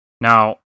Now